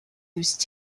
used